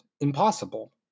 impossible